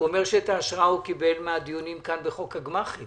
הוא אומר שאת ההשראה הוא קיבל מהדיונים כאן בחוק הגמ"חים